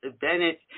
Bennett